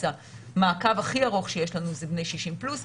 אז המעקב הכי ארוך שיש לנו זה בני 60 פלוס.